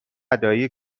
دایی